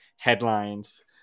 headlines